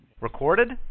Recorded